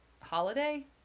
holiday